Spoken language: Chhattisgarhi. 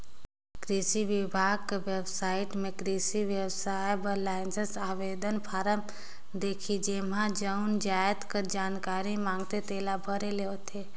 किरसी बिभाग कर बेबसाइट में किरसी बेवसाय बर लाइसेंस आवेदन फारम दिखही जेम्हां जउन जाएत कर जानकारी मांगथे तेला भरे ले होथे